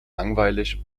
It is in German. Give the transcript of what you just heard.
langweilig